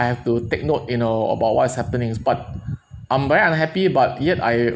I have to take note you know about what's happenings but I'm very unhappy but yet I